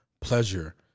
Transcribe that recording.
pleasure